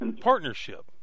partnership